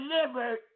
delivered